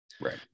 Right